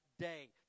day